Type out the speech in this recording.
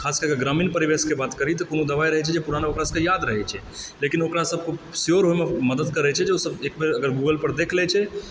खासकरके ग्रामीण परिवेशकऽ बात करि तऽ कोनो दबाइ रहैत छै जे पुराना ओकरा सभकऽ याद रहैत छै लेकिन ओकरा सभकऽ श्योर होयमऽ मदद करैत छै जे ओसभ जे एकबेर गूगलपर देखि लए छै